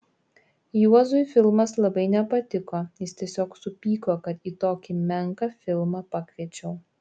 juozui filmas labai nepatiko jis tiesiog supyko kad į tokį menką filmą pakviečiau